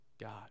God